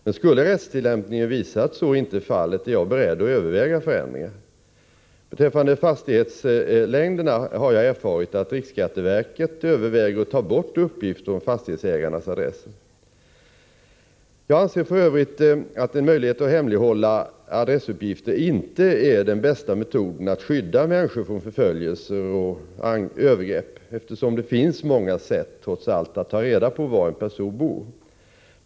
Men skulle rättstillämpningen visa att så inte är fallet är jag beredd att överväga förändringar. Beträffande fastighetslängderna har jag erfarit att riksskatteverket överväger att ta bort uppgifter om fastighetsägarnas adresser. Jag anser f. ö. att en möjlighet att hemlighålla adressuppgifter inte är den bästa metoden att skydda människor från förföljelse och övergrepp, eftersom det finns många sätt att ta reda på var en person bor.